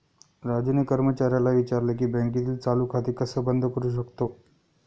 राजूने कर्मचाऱ्याला विचारले की बँकेतील चालू खाते कसे बंद करू शकतो?